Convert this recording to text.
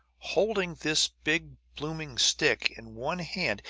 holding this big blooming stick in one hand,